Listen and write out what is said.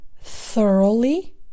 thoroughly